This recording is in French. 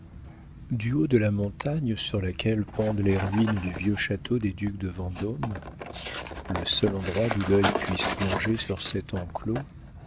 du haut de la montagne sur laquelle pendent les ruines du vieux château des ducs de vendôme le seul endroit d'où l'œil puisse plonger sur cet enclos